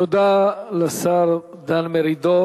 תודה לשר דן מרידור.